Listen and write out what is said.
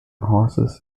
horses